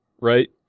right